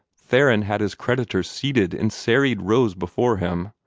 theron had his creditors seated in serried rows before him,